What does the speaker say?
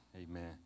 Amen